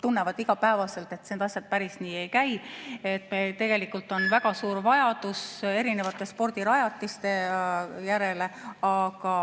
tunnevad igapäevaselt, et need asjad päris nii ei käi. Tegelikult on väga suur vajadus erinevate spordirajatiste järele, aga